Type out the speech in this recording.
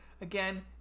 Again